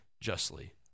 justly